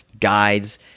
guides